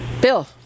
Bill